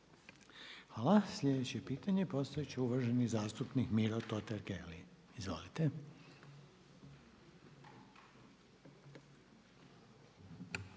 Hvala. Sljedeće pitanje postaviti će uvaženi zastupnik Mato Franković. Izvolite.